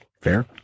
Fair